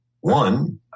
one